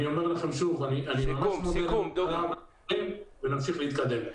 אני אומר לכם שוב, אני מודה לממשלה ונמשיך להתקדם.